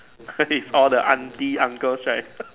is all the auntie uncles right